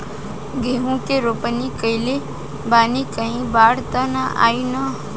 गेहूं के रोपनी कईले बानी कहीं बाढ़ त ना आई ना?